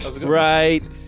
Right